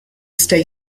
stay